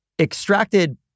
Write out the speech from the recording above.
extracted